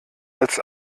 als